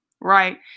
right